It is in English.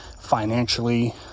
financially